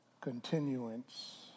continuance